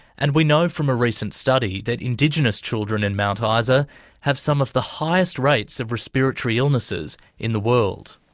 and we know from a recent study that indigenous children in mount ah isa have some of the highest rates of respiratory illnesses in the world.